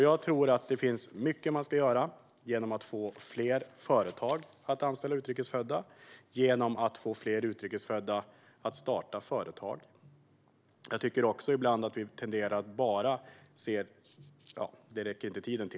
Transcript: Jag tror att man måste göra mycket, till exempel få fler företag att anställa utrikesfödda och få fler utrikesfödda att starta företag.